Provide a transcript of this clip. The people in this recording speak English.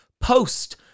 post